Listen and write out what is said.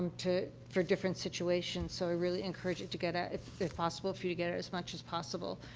to for different situations. so, i really encourage you to get ah, if if possible, for you to get, as much as possible,